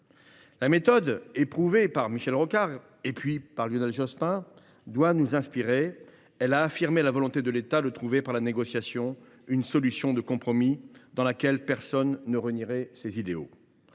La méthode éprouvée par Michel Rocard, puis par Lionel Jospin, doit nous inspirer. Elle a affirmé la volonté de l’État de trouver par la négociation une solution de compromis, dans laquelle personne ne renierait ses idéaux.